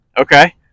Okay